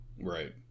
Right